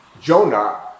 Jonah